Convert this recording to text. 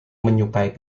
menyukai